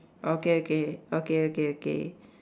okay okay okay okay okay